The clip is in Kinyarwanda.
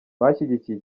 bashyigikiye